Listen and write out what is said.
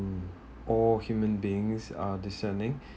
um all human beings are decanting